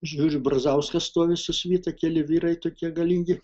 žiūriu brazauskas stovi su svita keli vyrai tokie galingi